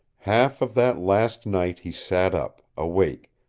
half of that last night he sat up, awake,